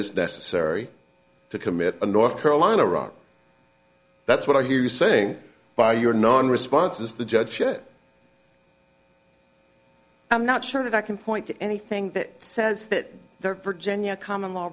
is necessary to commit a north carolina rob that's what i hear you saying by your non responses the judge should i'm not sure that i can point to anything that says that virginia common law